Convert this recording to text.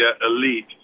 elite